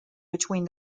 between